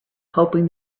hoping